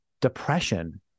depression